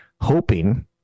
hoping